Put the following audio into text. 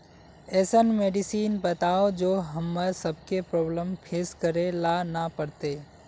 ऐसन मेडिसिन बताओ जो हम्मर सबके प्रॉब्लम फेस करे ला ना पड़ते?